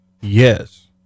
Yes